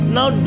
Now